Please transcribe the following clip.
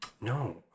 No